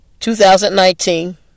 2019